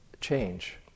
change